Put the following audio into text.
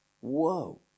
Whoa